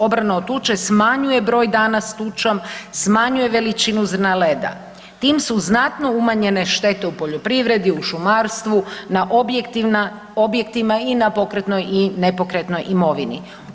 Obrana od tuče smanjuje broj dana s tučom i smanjuje veličinu zrna leda, tim su znatno umanjene štete u poljoprivredi, u šumarstvu, na objektima i na pokretnoj i nepokretnoj imovini.